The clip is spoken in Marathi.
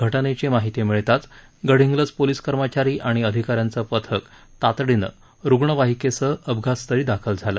घटनेची माहीती मिळताच गडहिंग्लज पोलीस कर्मचारी आणि अधिकाऱ्यांच पथक तातडीनं रुग्णवाहिकेसह अपघातस्थळी दाखल झालं